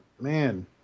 man